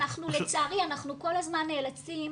לצערי אנחנו כל הזמן נאלצים